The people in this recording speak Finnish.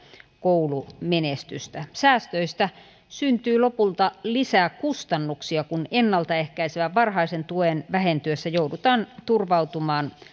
koulumenestystä säästöistä syntyy lopulta lisää kustannuksia kun ennalta ehkäisevän varhaisen tuen vähentyessä joudutaan turvautumaan